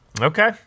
Okay